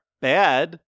bad